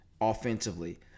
offensively